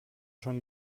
schon